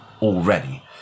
already